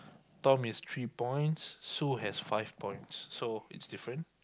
Tom is three points Sue has five points so it's different